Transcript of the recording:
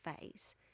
phase